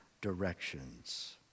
directions